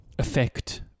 effect